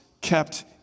kept